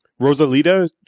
Rosalita